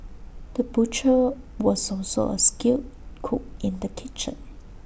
the butcher was also A skilled cook in the kitchen